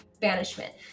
banishment